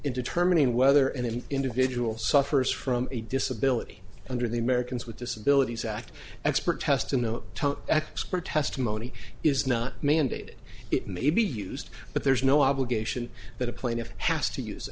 in determining whether any individual suffers from a disability under the americans with disabilities act expert testimony expert testimony is not mandated it may be used but there is no obligation that a plaintiff has to use